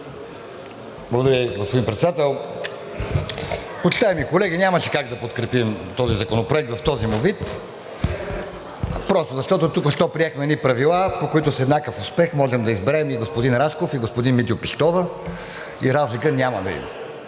Благодаря Ви, господин Председател. Почитаеми колеги, нямаше как да подкрепим този законопроект в този му вид просто защото току-що приехме едни правила, по които с еднакъв успех можем да изберем и господин Рашков, и господин Митьо Пищова и разлика няма да има.